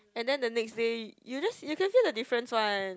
and then the next day you just you can feel the difference one